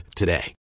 today